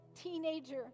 teenager